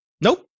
Nope